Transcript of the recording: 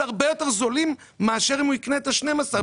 הרבה יותר זולים מאשר אם הוא יקנה את ה-12,000.